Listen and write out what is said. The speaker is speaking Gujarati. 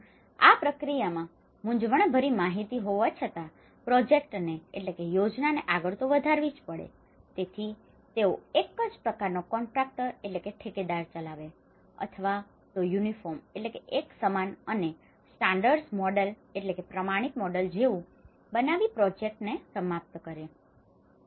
આમ આ પ્રક્રિયામાં મૂંઝવણભરી માહિતી હોવા છતાં આ પ્રોજેક્ટને project યોજના આગળ તો વધારવો જ પડશે તેથી તેઓ એક જ પ્રકારનો કોન્ટ્રાકટર contractor ઠેકેદાર ચલાવે છે અથવા તો યુનિફોર્મ uniform એકસમાન અને સ્ટાન્ડર્ડાઇજ્ડ મોડેલ standardized models પ્રમાણિત મોડેલો જેવું બનાવીને પ્રોજેક્ટ project યોજના સમાપ્ત કરે છે